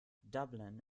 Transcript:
dublin